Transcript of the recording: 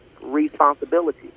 responsibility